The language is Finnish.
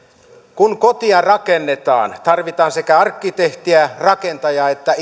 kun kotia rakennetaan tarvitaan sekä arkkitehtiä rakentajaa että